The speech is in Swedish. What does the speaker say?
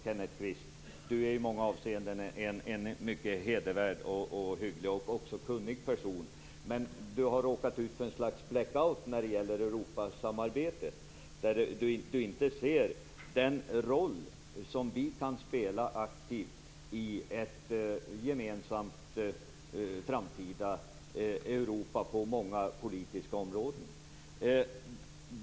Kenneth Kvist är i många avseenden en mycket hedervärd, hygglig och kunnig person, men han har råkat ut för ett slags black-out i fråga om Europasamarbetet. Han ser inte den roll som vi aktivt kan spela i ett gemensamt framtida Europa på många politiska områden.